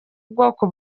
bwoko